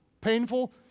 Painful